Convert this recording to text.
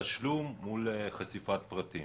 תשלום מול חשיפת פרטים